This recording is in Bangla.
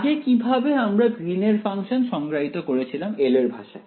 আগে কিভাবে আমরা গ্রীন এর ফাংশন সংজ্ঞায়িত করেছিলাম L এর ভাষায়